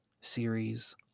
series